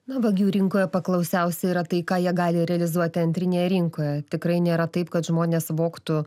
na vagių rinkoje paklausiausi yra tai ką jie gali realizuoti antrinėje rinkoje tikrai nėra taip kad žmonės vogtų